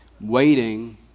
Waiting